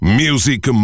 music